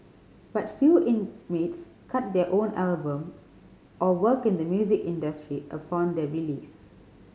but few inmates cut their own albums or work in the music industry upon their release